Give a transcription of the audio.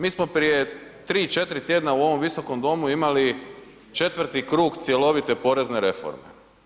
Mi smo prije 3, 4 tjedna u ovom visokom domu imali 4 krug cjelovite porezne reforme.